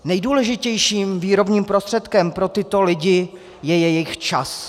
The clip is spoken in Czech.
Nejdůležitějším výrobním prostředkem pro tyto lidi je jejich čas.